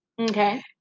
Okay